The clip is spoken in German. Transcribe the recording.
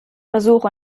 versuch